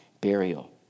burial